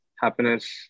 happiness